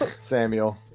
Samuel